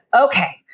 okay